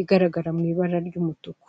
igaragara mu ibara ry'umutuku.